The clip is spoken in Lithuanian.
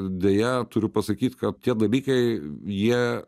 deja turiu pasakyt kad tie dalykai jie